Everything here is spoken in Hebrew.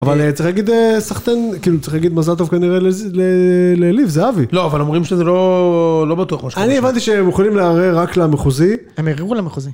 אבל צריך להגיד סחטן, כאילו צריך להגיד מזל טוב כנראה לליב, זה אבי. לא, אבל אומרים שזה לא בטוח. אני הבנתי שהם יכולים לערער רק למחוזי. הם ערערו למחוזי.